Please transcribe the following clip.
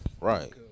Right